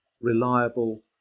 reliable